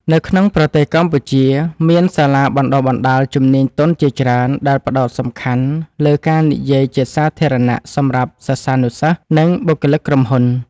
នៅក្នុងប្រទេសកម្ពុជា មានសាលាបណ្ដុះបណ្ដាលជំនាញទន់ជាច្រើនដែលផ្ដោតសំខាន់លើការនិយាយជាសាធារណៈសម្រាប់សិស្សានុសិស្ស និងបុគ្គលិកក្រុមហ៊ុន។